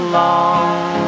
long